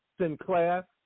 Sinclair